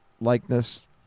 likeness